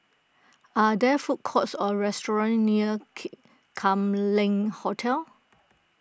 are there food courts or restaurants near Kee Kam Leng Hotel